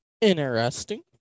Interesting